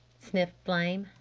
sniffed flame.